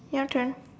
your turn